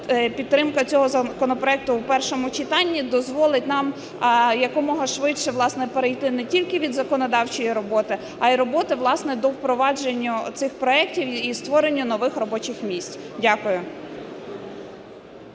підтримка цього законопроекту в першому читанні дозволить нам якомога швидше перейти не тільки від законодавчої роботи, а і роботи по впровадженню цих проектів і створенню нових робочих місць. Дякую.